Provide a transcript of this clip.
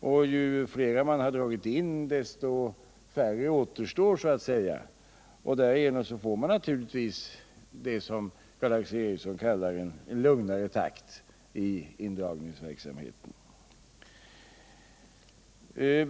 Ju fler postanstalter som postverket har dragit in, desto färre återstår, och därigenom får man naturligtvis det som Karl Erik Eriksson kallar en lugnare takt i indragningsverksamheten.